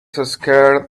scared